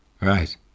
Right